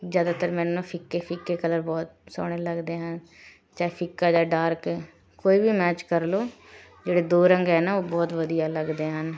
ਜ਼ਿਆਦਾਤਰ ਮੈਨੂੰ ਨਾ ਫਿੱਕੇ ਫਿੱਕੇ ਕਲਰ ਬਹੁਤ ਸੋਹਣੇ ਲੱਗਦੇ ਹਨ ਚਾਹੇ ਫਿੱਕਾ ਜਾਂ ਡਾਰਕ ਕੋਈ ਵੀ ਮੈਚ ਕਰ ਲਓ ਜਿਹੜੇ ਦੋ ਰੰਗ ਹੈ ਨਾ ਉਹ ਬਹੁਤ ਵਧੀਆ ਲੱਗਦੇ ਹਨ